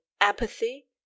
apathy